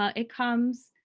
ah it comes